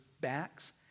backs